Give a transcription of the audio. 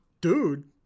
Dude